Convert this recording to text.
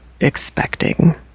expecting